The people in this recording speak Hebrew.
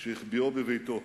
שהחביאו בביתו.